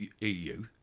EU